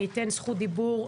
אתן זכות דיבור,